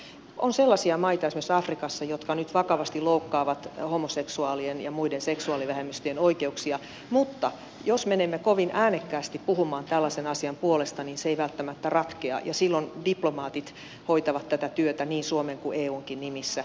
kun puhumme esimerkiksi ihmisoikeuksista niin on sellaisia maita esimerkiksi afrikassa jotka nyt vakavasti loukkaavat homoseksuaalien ja muiden seksuaalivähemmistöjen oikeuksia mutta jos menemme kovin äänekkäästi puhumaan tällaisen asian puolesta niin se ei välttämättä ratkea ja silloin diplomaatit hoitavat tätä työtä niin suomen kuin eunkin nimissä